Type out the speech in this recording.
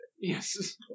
Yes